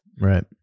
right